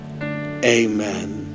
Amen